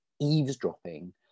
eavesdropping